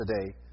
today